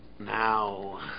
Now